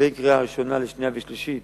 בין הקריאה הראשונה לשנייה ולשלישית